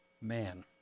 Man